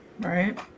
Right